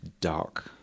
dark